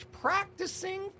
practicing